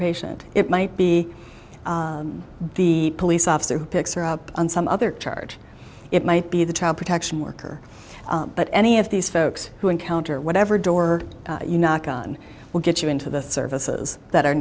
patient it might be the police officer who picks her up on some other charge it might be the child protection worker but any of these folks who encounter whatever door you knock on will get you into the services that are